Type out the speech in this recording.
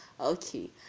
Okay